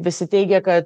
visi teigia kad